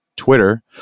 Twitter